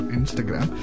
Instagram